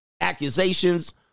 accusations